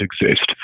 exist